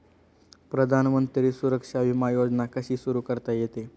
प्रधानमंत्री सुरक्षा विमा योजना कशी सुरू करता येते?